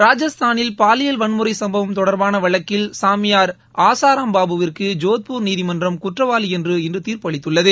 ராஜஸ்தானில் பாலியல் வன்முறை சும்பவம் தொடர்பான வழக்கில் சாமியார் ஆசாராம் பாபுவிற்கு ஜோத்பூர் நீதிமன்றம் குற்றவாளி என்று இன்று தீர்ப்பு அளிததுள்ளது